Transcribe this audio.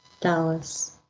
Dallas